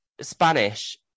Spanish